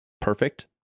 perfect